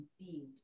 conceived